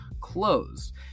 closed